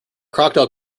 crocodile